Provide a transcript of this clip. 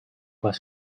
was